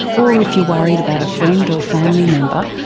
or if you're worried about a friend or family member,